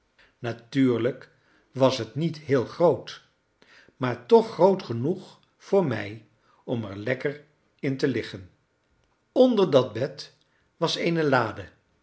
natuurlijk was het niet heel groot maar toch groot genoeg voor mij om er lekker in te liggen onder dat bed was eene lade